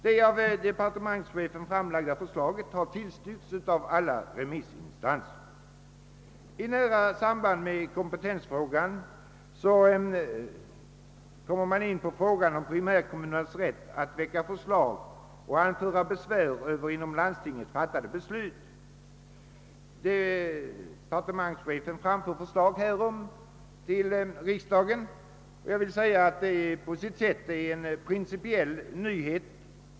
Det av departe mentschefen framlagda förslaget har tillstyrkts av alla remissinstanser. I samband med kompetensfrågan kommer man också in på primärkommunernas rätt att hos landstinget väcka förslag och att anföra besvär över inom landstinget fattade beslut. Departementschefen framför förslag om införande av sådan rätt, vilket på sitt sätt är en principiell nyhet.